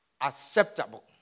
acceptable